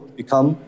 become